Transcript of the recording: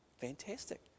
Fantastic